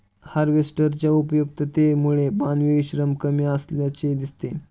हार्वेस्टरच्या उपयुक्ततेमुळे मानवी श्रम कमी असल्याचे दिसते